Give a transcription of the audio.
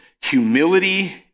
humility